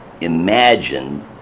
imagine